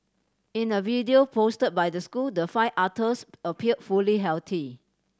in a video posted by the school the five otters appeared fully healthy